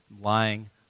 lying